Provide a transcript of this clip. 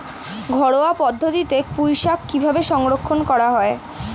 ঘরোয়া পদ্ধতিতে পুই শাক কিভাবে সংরক্ষণ করা হয়?